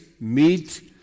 meet